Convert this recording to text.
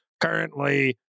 currently